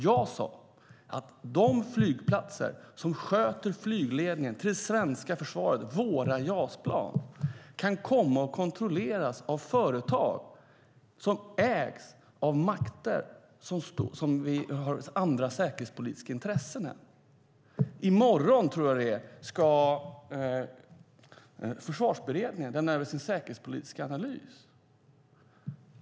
Jag sade att de flygplatser som sköter flygledningen till det svenska försvaret, våra JAS-plan, kan komma att kontrolleras av företag som ägs av makter som har andra säkerhetspolitiska intressen. I morgon ska Försvarsberedningen lämna över sin säkerhetspolitiska analys.